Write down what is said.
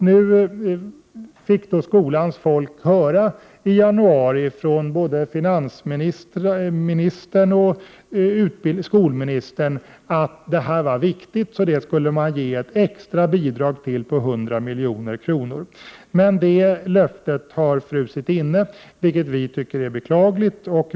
Nu fick skolans folk i januari höra från både finansministern och skolministern att det var angeläget att komma till rätta med detta. Därför skulle man utge ett extra bidrag på 100 milj.kr. Men detta löfte har frusit inne, vilket vi tycker är beklagligt.